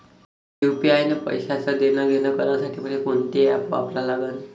UPI न पैशाचं देणंघेणं करासाठी मले कोनते ॲप वापरा लागन?